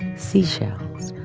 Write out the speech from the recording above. seashells,